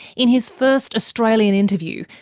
in his first australian interview,